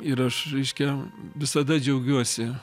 ir aš reiškia visada džiaugiuosi